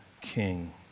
king